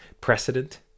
precedent